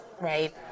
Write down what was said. right